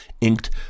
inked